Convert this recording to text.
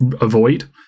avoid